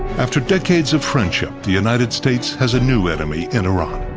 after decades of friendship, the united states has a new enemy in iran.